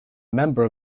member